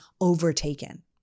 overtaken